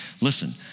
Listen